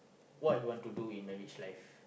what you want to in a rich life